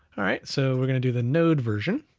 alright, so we're gonna do the node version.